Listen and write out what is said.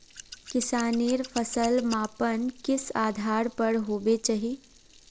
किसानेर फसल मापन किस आधार पर होबे चही?